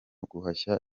guhashya